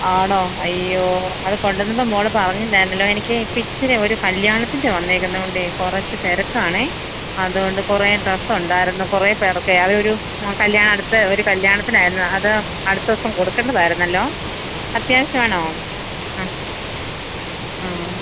ആണോ അയ്യോ അത് കൊണ്ട് വന്നപ്പം മോൾ പറഞ്ഞില്ലായിരുന്നല്ലോ എനിക്ക് സ്റ്റിച്ചിനെ ഒരു കല്ല്യാണത്തിന്റെ വന്നേക്കുന്നുണ്ട് കുറച്ച് തിരക്കാണ് അത് കൊണ്ട് കുറെ ഡ്രസ്സൊണ്ടായിരുന്നു കുറെ പേര്ക്ക് അവർ ഒരു മ് കല്ല്യാണം അടുത്തു ഒരു കല്ല്യാണത്തിനായിരുന്നു അത് അടുത്ത ദിവസം കൊടുക്കേണ്ടത് ആയിരുന്നല്ലോ അത്യാവശ്യമാണോ ആ ആ